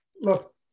look